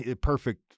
perfect